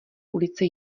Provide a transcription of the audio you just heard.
ulice